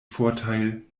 vorteil